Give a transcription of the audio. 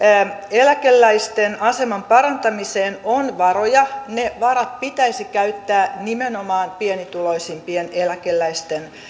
eläkeläisten aseman parantamiseen on varoja ne varat pitäisi käyttää nimenomaan pienituloisimpien eläkeläisten